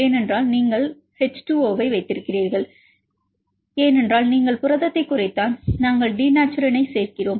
ஏனென்றால் நீங்கள் ஒரு H2O ஐ வைத்திருக்கிறீர்கள் ஏனென்றால் நீங்கள் புரதத்தைக் குறைத்தால் நாங்கள் டினேச்சுரன்ட்ஐ சேர்க்கிறோம்